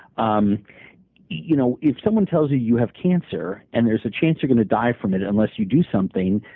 um you know, if someone tells you you have cancer and there's a chance you're going to die from it unless you do something,